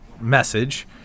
message